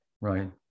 right